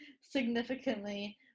significantly